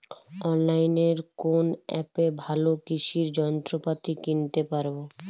অনলাইনের কোন অ্যাপে ভালো কৃষির যন্ত্রপাতি কিনতে পারবো?